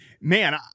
man